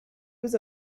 was